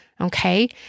Okay